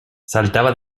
saltaba